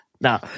Now